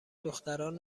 دختران